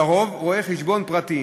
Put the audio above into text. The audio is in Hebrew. לרוב רואי-חשבון פרטיים,